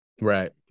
right